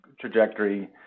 trajectory